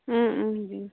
দিম